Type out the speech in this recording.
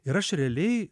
ir aš realiai